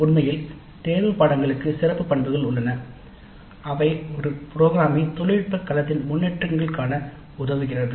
உண்மையில் தேர்வு பாடங்களுக்கு சிறப்பு பண்புகள் உள்ளன அவை ஒரு ப்ரோக்ராமை தொழில்நுட்ப களத்தின் முன்னேற்றங்கள் காண உதவுகிறது